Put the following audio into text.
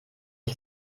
ich